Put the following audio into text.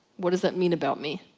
what does that mean about me?